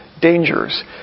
dangers